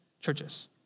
churches